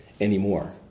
anymore